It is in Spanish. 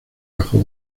bajo